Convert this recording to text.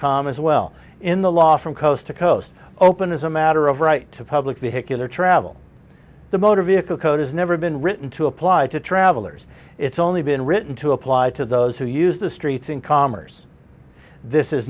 com as well in the law from coast to coast open as a matter of right to public vehicular travel the motor vehicle code has never been written to apply to travelers it's only been written to apply to those who use the streets in commerce this is